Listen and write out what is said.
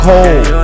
Cold